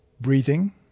breathing